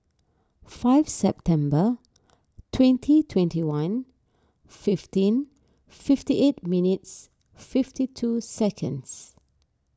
five September twenty twenty one fifteen fifty eight minutes fifty two seconds